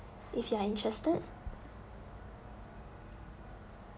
if you are interested